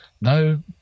No